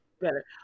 better